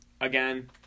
Again